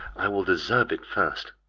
i will deserve it first.